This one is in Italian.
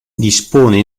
dispone